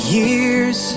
years